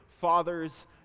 father's